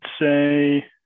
say